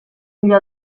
millor